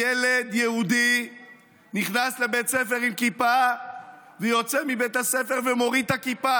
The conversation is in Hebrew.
שילד יהודי נכנס לבית ספר עם כיפה ויוצא מבית הספר ומוריד את הכיפה.